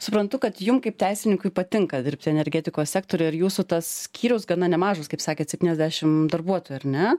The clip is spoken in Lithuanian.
suprantu kad jums kaip teisininkui patinka dirbti energetikos sektoriuje ar jūsų tas skyrius gana nemažas kaip sakėte septyniasdešimt darbuotojų ar ne